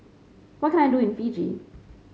what can I do in Fiji